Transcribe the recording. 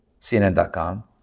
cnn.com